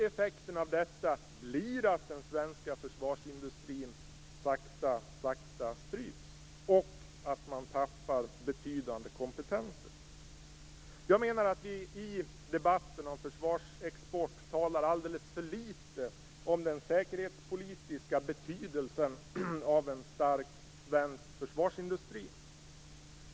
Effekten av detta blir att den svenska försvarsindustrin sakta stryps och att man tappar betydande kompetens. I debatten om försvarsexport talar vi alldeles för litet om den säkerhetspolitiska betydelsen av en stark svensk försvarsindustri.